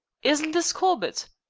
isn't this corbett?